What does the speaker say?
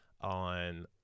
on